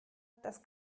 das